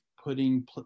putting